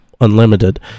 Unlimited